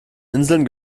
inseln